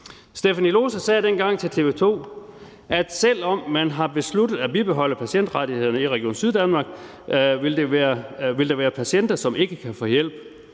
Stephanie Lohse sagde dengang til TV 2, at selv om man har besluttet at bibeholde patientrettighederne i Region Syddanmark, vil der være patienter, som ikke kan få hjælp